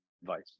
advice